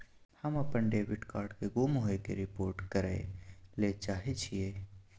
हम अपन debit card के गुम होय के रिपोर्ट करय ले चाहय छियै